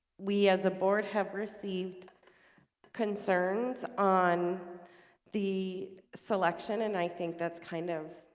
we as a board have received concerns on the selection and i think that's kind of